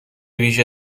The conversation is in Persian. ویژه